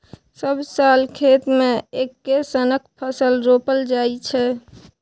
सब साल खेत मे एक्के सनक फसल रोपल जाइ छै